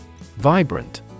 Vibrant